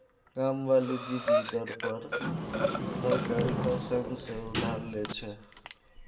कामवाली दीदी दर पर सहकारिता संघ से उधार ले छे